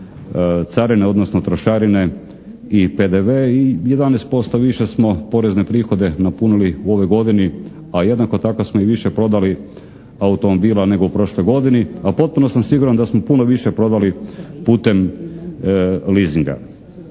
carine odnosno trošarine i PDV i 11% više smo porezne prihode napunili u ovoj godini a jednako tako smo i više prodali automobila nego u prošloj godini a potpuno sam siguran da smo puno više prodali putem leasinga.